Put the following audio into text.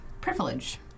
privilege